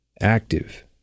active